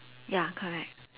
ya correct